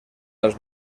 las